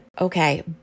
Okay